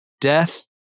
Death